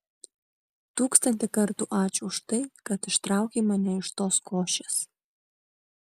tūkstantį kartų ačiū už tai kad ištraukei mane iš tos košės